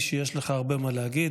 ראיתי שיש לך הרבה מה להגיד.